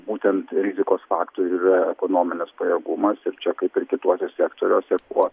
būtent rizikos faktorių yra ekonominis pajėgumas ir čia kaip ir kituose sektoriuose kuo